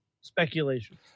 speculation